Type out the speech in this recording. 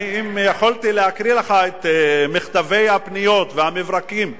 אם יכולתי להקריא לך את מכתבי הפניות והמברקים,